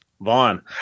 vaughn